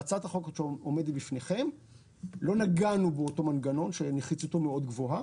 בהצעת החוק שלפניכם לא נגענו באותו מנגנון שנחיצותו מאוד גבוהה.